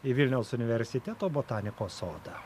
į vilniaus universiteto botanikos sodą